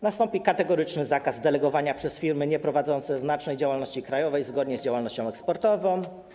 Nastąpi kategoryczny zakaz delegowania przez firmy nieprowadzące znacznej działalności krajowej zgodnie z działalnością eksportową.